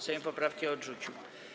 Sejm poprawki odrzucił.